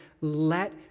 Let